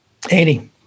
80